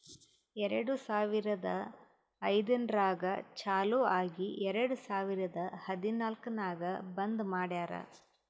ಎರಡು ಸಾವಿರದ ಐಯ್ದರ್ನಾಗ್ ಚಾಲು ಆಗಿ ಎರೆಡ್ ಸಾವಿರದ ಹದನಾಲ್ಕ್ ನಾಗ್ ಬಂದ್ ಮಾಡ್ಯಾರ್